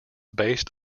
based